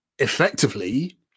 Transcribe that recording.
Effectively